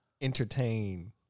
entertain